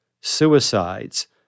suicides